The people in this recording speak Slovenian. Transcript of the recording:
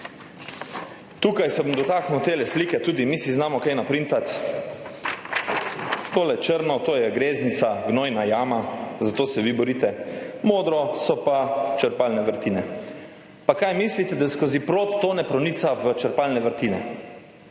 Tukaj se bom dotaknil te slike - tudi mi si znamo kaj naprintati. Tole črno, to je greznica, gnojna jama, za to se vi borite. / pokaže zboru/ Modro so pa črpalne vrtine. Pa kaj mislite, da skozi prod to ne pronica v črpalne vrtine?!